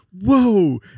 Whoa